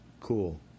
Cool